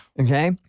Okay